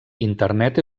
internet